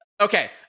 Okay